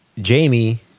Jamie